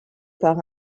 par